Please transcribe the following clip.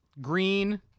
Green